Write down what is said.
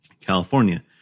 California